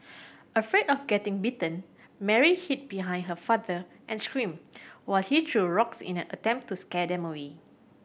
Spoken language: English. afraid of getting bitten Mary hid behind her father and screamed while he threw rocks in a attempt to scare them away